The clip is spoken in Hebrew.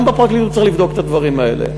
גם בפרקליטות צריך לבדוק את הדברים האלה.